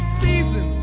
season